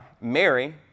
Mary